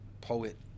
poet